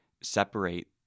separate